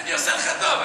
אני עושה לך טוב.